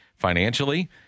financially